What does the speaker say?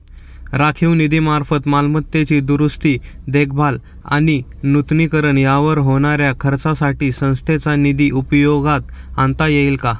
राखीव निधीमार्फत मालमत्तेची दुरुस्ती, देखभाल आणि नूतनीकरण यावर होणाऱ्या खर्चासाठी संस्थेचा निधी उपयोगात आणता येईल का?